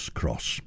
cross